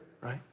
right